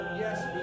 Yes